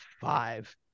five